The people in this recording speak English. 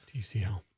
TCL